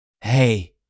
Hey